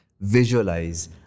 visualize